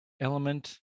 element